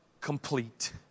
complete